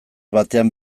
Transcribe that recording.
batean